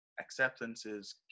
acceptances